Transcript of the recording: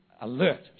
alert